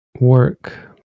work